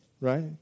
right